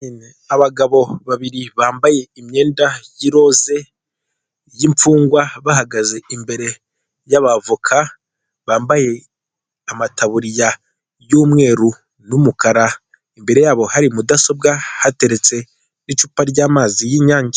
Abagabo babiri bambaye imyenda y'iroze y'imfungwa bahagaze imbere y'abavoka bambaye amataburiya y'umweru n'umukara imbere yabo hari mudasobwa hateretse n'cupa ry'amazi y'inyange.